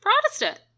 Protestant